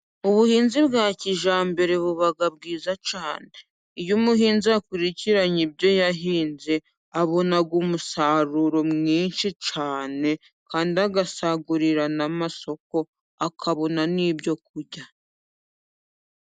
Ubuhinzi bwa kijyambere buba bwiza cyane. Iyo umuhinzi akurikiranye ibyo yahinze, abona umusaruro mwinshi cyane kandi agasagurira n'amasoko ,akabona n'ibyo kurya.